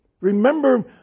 Remember